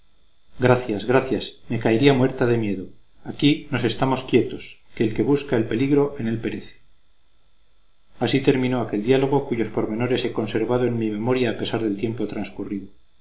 gracias gracias me caería muerta de miedo aquí nos estaremos quietos que el que busca el peligro en él perece así terminó aquel diálogo cuyos pormenores he conservado en mi memoria a pesar del tiempo transcurrido